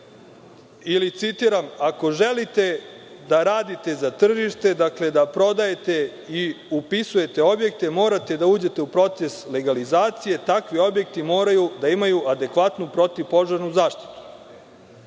ili, citiram, „ako želite da radite za tržište, dakle da prodajete i upisujete objekte, morate da uđete u proces legalizacije i takvi objekti moraju da imaju adekvatnu protivpožarnu zaštitu“.